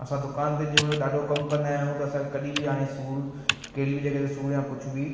असां दुकान ते जंहिंमहिल ॾाढो कमु कंदा आहियूं त असांखे कॾहिं बि हाणे सूरु कहिड़ी बि जॻह ते सूरु या कुझ बि